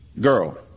girl